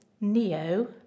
NEO